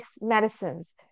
medicines